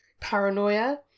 paranoia